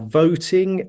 voting